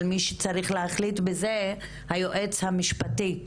אבל מי שצריך להחליט בזה הוא היועץ המשפטי,